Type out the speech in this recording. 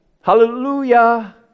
Hallelujah